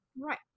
Right